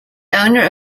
owner